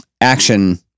action